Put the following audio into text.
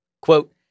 quote